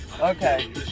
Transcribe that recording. okay